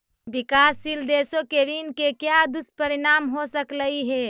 विकासशील देशों के ऋण के क्या दुष्परिणाम हो सकलई हे